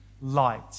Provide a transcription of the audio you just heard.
Light